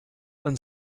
and